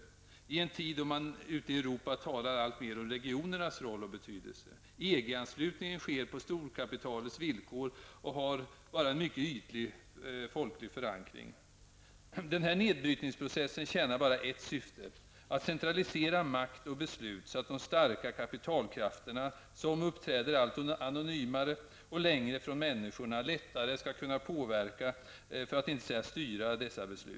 Det sker i en tid då man ute i Europa talar alltmer om regionernas roll och betydelse. EG-anslutningen sker på storkapitalets villkor och har bara en ytlig folklig förankring. Den här nedbrytningsprocessen tjänar bara ett syfte, nämligen att centralisera makt och beslut så att de starka kapitalkrafterna, som uppträder allt anonymare och längre från människorna, lättare skall kunna påverka, för att inte säga styra, dessa beslut.